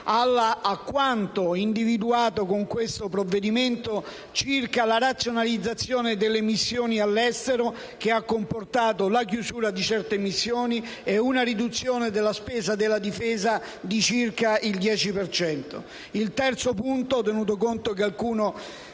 a quanto individuato con questo provvedimento in termini di razionalizzazione delle missioni all'estero, che ha comportato la chiusura di certe missioni e una riduzione della spesa della Difesa di circa il 10 per cento. Il terzo punto, tenuto conto del